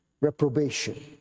reprobation